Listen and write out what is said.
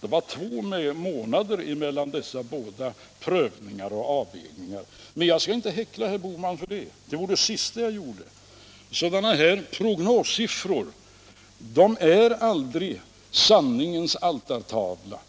Det är två månader mellan dessa båda prövningar och avvägningar. Men jag skall inte häckla herr Bohman för det, det vore det sista jag skulle vilja göra. Sådana här prognossiffror är inte någon sanningens altartavla.